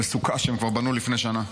לסוכה שהם כבר בנו כבר לפני שנה,